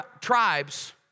tribes